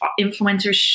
influencers